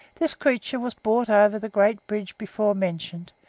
this creature was brought over the great bridge before mentioned,